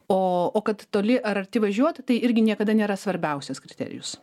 o o kad toli ar arti važiuot tai irgi niekada nėra svarbiausias kriterijus